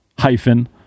hyphen